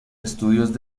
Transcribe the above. estudios